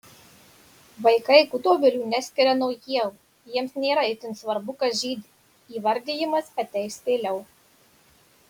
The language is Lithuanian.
vaikai gudobelių neskiria nuo ievų jiems nėra itin svarbu kas žydi įvardijimas ateis vėliau